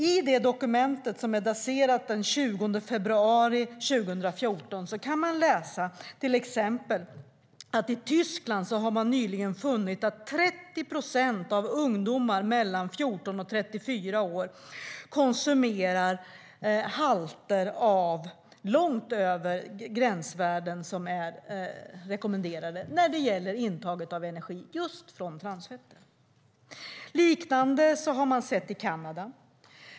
I detta dokument, som är daterat den 20 februari 2014, framgår till exempel att man i Tyskland nyligen har funnit att 30 procent av ungdomarna mellan 14 och 34 år när det gäller intag av energi konsumerar produkter med halter av transfetter som ligger långt över rekommenderade gränsvärden. Det är på liknande sätt i Kanada.